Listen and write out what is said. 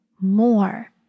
more